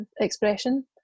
expression